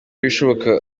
ibishoboka